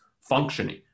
functioning